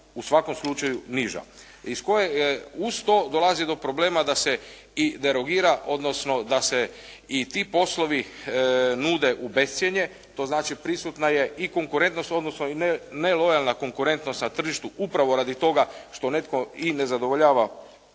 u svakom slučaju niža uz to dolazi do problema da se i derogira, odnosno da se i ti poslovi nude u bescjenje, to znači prisutna je i konkurentnost, odnosno nelojalna konkurentnost na tržištu upravo radi toga što netko i ne zadovoljava